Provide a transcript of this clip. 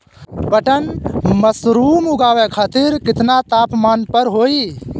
Button mushroom उगावे खातिर केतना तापमान पर होई?